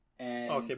Okay